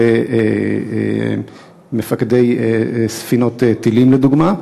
ומפקדי ספינות טילים, לדוגמה,